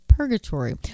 Purgatory